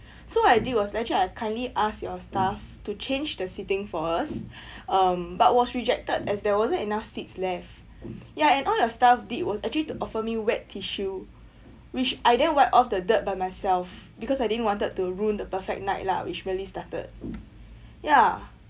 so what I did was actually I kindly asked your staff to change the seating for us um but was rejected as there wasn't enough seats left ya and all your staff did was actually to offer me wet tissue which I then wipe off the dirt by myself because I didn't wanted to ruin the perfect night lah which really started ya